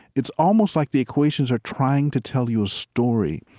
it's almost like the equations are trying to tell you a story.